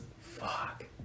fuck